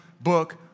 book